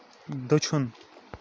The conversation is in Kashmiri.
دٔچھُن